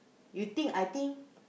you think I think